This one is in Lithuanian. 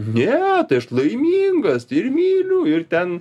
ne tai aš laimingas tai ir myliu ir ten